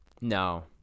No